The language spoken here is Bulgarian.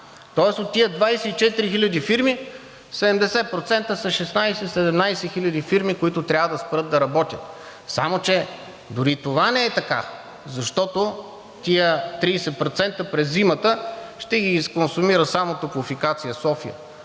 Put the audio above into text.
Тоест от тези 24 хиляди фирми 70% са 16 – 17 хиляди фирми, които трябва да спрат да работят. Само че дори това не е така, защото тези 30% през зимата ще ги изконсумира само „Топлофикация София“.